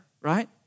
right